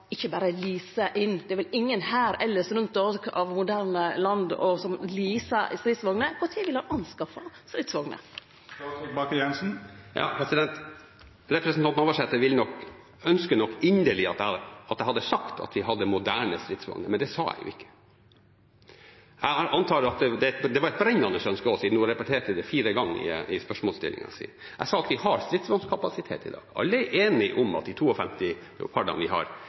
inn? Det er vel ingen hær elles i noko moderne land rundt oss som leasar stridsvogner. Kva tid vil han skaffe stridsvogner? Representanten Navarsete ønsker nok inderlig at jeg hadde sagt at vi hadde moderne stridsvogner, men det sa jeg ikke. Jeg antar at det var et brennende ønske også, siden hun repeterte det fire ganger i spørsmålstillingen sin. Jeg sa at vi har stridsvognkapasitet i dag. Alle er enige om at de 52 Leopard-ene vi har,